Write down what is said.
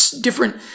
different